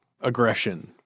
aggression